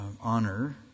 honor